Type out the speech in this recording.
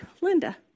Linda